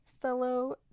fellow